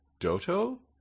Doto